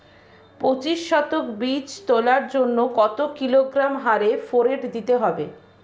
পঁচিশ শতক বীজ তলার জন্য কত কিলোগ্রাম হারে ফোরেট দিতে হবে?